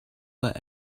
but